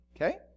okay